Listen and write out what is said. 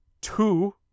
two